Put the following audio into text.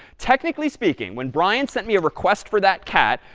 technically speaking, when brian sent me a request for that cat,